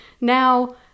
now